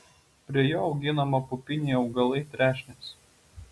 prie jo auginama pupiniai augalai trešnės